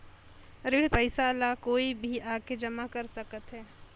ऋण पईसा ला कोई भी आके जमा कर सकथे?